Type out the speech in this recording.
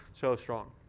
so strong.